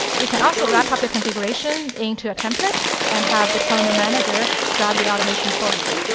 you can also wrap up your configuration into a template and have deployment manager drive the automation for you.